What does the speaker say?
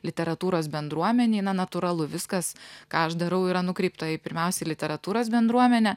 literatūros bendruomenei na natūralu viskas ką aš darau yra nukreipta į pirmiausia literatūros bendruomenę